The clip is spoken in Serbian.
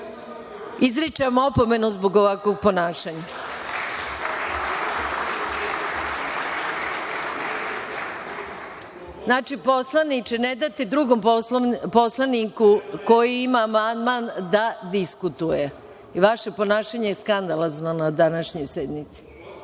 vam opomenu zbog ovakvog ponašanja. Znači, poslaniče, ne date drugom poslaniku koji ima amandman da diskutuje. Vaše ponašanje je skandalozno na današnjoj